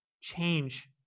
change